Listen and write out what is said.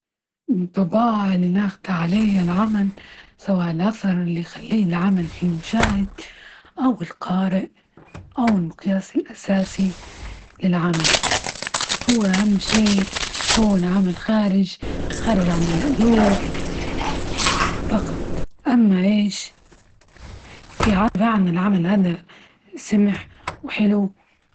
إنطباع اللي ناخدة علية العمل، سواء الأثر اللي يخليه لي عمل فيه المشاهد أو القارئ أو المقياس الأساسي للعمل أهو أهم شيء يكون عمل خارج عن المألوف، فقط أما عن العمل هذا سمح وحلو.